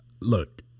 look